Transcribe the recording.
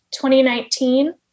2019